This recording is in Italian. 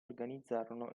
organizzarono